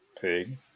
Pig